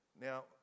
Now